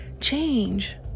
change